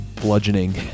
bludgeoning